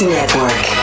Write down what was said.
Network